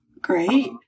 Great